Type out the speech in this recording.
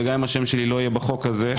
וגם אם השם שלי לא יהיה בחוק הזה,